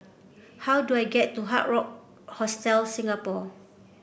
how do I get to Hard Rock Hostel Singapore